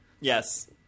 Yes